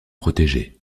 protégé